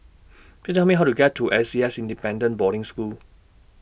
Please Tell Me How to get to A C S Independent Boarding School